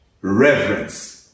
reverence